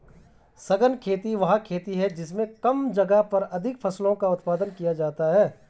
सघन खेती वह खेती है जिसमें कम जगह पर अधिक फसलों का उत्पादन किया जाता है